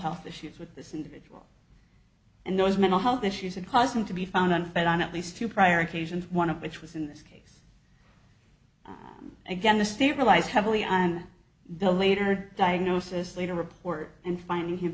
health issues with this individual and those mental health issues that cause him to be found unfit on at least two prior occasions one of which was in this case again the state relies heavily on the later diagnosis later report and finding him